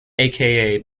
aka